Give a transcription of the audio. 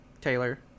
taylor